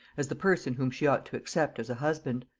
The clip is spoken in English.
as the person whom she ought to accept as a husband.